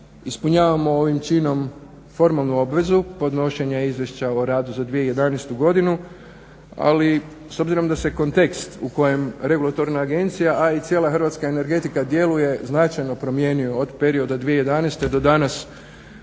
ispunjavamo ovim činom formalnu obvezu podnošenje izvješća o radu za 2011.godinu. Ali s obzirom da se kontekst u kojem Regulatorna agencija, a i cijela hrvatska energetika djeluje značajno promijenio od perioda 2011.do danas,